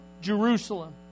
Jerusalem